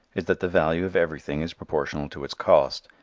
is that the value of everything is proportionate to its cost.